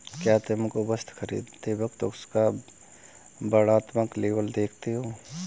क्या तुम वस्तु खरीदते वक्त उसका वर्णात्मक लेबल देखते हो?